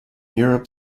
europe